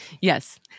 Yes